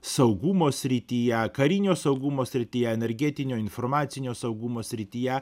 saugumo srityje karinio saugumo srityje energetinio informacinio saugumo srityje